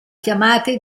chiamate